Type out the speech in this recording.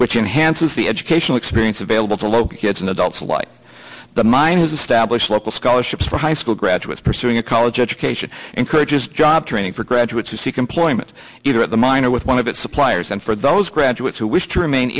which enhances the educational experience available to local kids and adults alike the mine has established local scholarships for high school graduates pursuing a college education encourages job training for graduates who seek employment either at the mine or with one of its suppliers and for those graduates who wish to remain